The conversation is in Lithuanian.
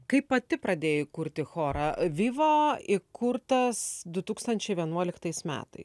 kaip pati pradėjai kurti chorą viva įkurtas du tūkstančiai vienuoliktais metai